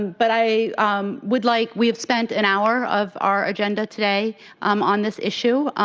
but i would like we have spent an hour of our agenda today um on this issue,